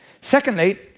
Secondly